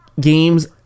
games